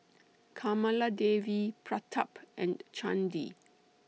Kamaladevi Pratap and Chandi